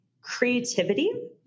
creativity